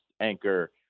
Anchor